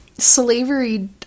Slavery